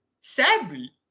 sadly